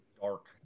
dark